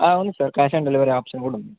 అవు sir cash on delivery option కూడా ఉంది